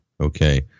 Okay